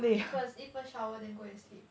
no eat first eat first shower then go and sleep